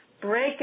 break